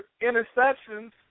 interceptions